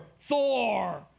Thor